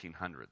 1800s